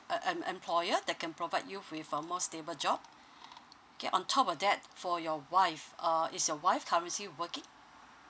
uh em~ employer that can provide you with a more stable job K on top of that for your wife uh is your wife currently working